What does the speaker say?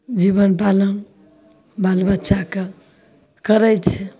जीबन पालन बालबच्चाके करैत छै